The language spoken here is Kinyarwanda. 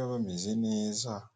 kwirinda kugaragaza ubwambure bwabo.